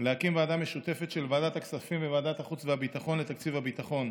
להקים ועדה משותפת של ועדת הכספים וועדת החוץ והביטחון לתקציב הביטחון.